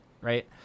right